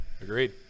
Agreed